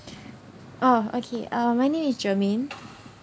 oh okay uh my name is jermaine